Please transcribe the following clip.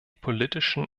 politischen